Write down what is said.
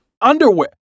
Underwear